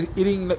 eating